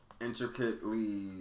intricately